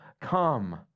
come